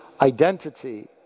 identity